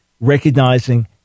recognizing